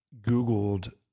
Googled